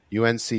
UNC